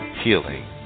healing